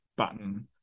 button